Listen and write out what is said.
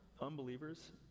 unbelievers